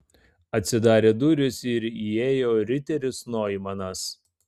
atsidarė durys ir įėjo riteris noimanas